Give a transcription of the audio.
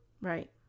Right